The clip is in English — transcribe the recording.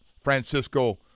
Francisco